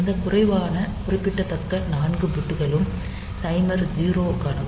இந்த குறைவான குறிப்பிடத்தக்க 4 பிட்டுகளும் டைமர் 0 க்கானவை